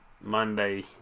Monday